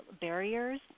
barriers